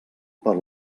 per